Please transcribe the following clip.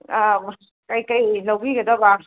ꯀꯩꯀꯩ ꯂꯧꯕꯤꯒꯗꯕ